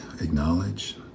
acknowledge